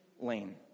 lane